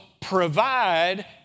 provide